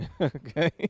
Okay